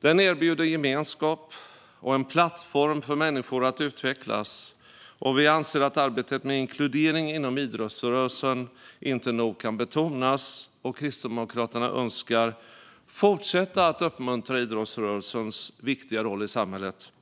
Den erbjuder gemenskap och en plattform för människor att utvecklas. Vi anser att arbetet med inkludering inom idrottsrörelsen inte nog kan betonas. Kristdemokraterna önskar fortsätta att uppmuntra idrottsrörelsens viktiga roll i samhället